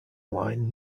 line